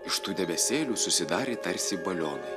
iš tų debesėlių susidarė tarsi balionai